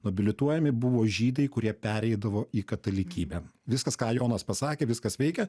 nobilituojami buvo žydai kurie pereidavo į katalikybę viskas ką jonas pasakė viskas veikia